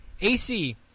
AC